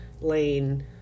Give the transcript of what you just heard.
lane